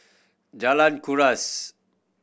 Jalan Kuras